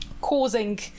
causing